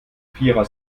vierer